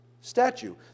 statue